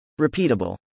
Repeatable